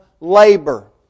labor